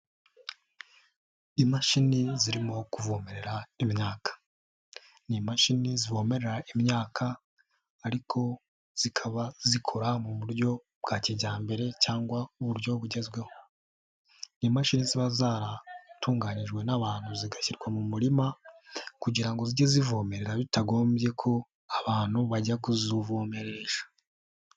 Imashini zirimo kuvomerera imyaka, ni imashini zivomerrera imyaka ariko zikaba zikora mu buryo bwa kijyambere cyangwa uburyo bugezweho, ni imashini ziba zaratunganijwe n'abantu zigashyirwa mu murima kugira ngo zijye zivomerera bitagombye ko abantu bajya kuzivomeresha.